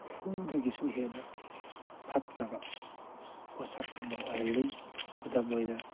ꯍꯨꯗꯒꯤꯁꯨ ꯍꯦꯟꯅ ꯐꯠꯇꯕ ꯄꯣꯠꯁꯛ ꯑꯃ ꯑꯣꯏꯍꯜꯂꯤ ꯈꯨꯗꯝ ꯑꯣꯏꯅ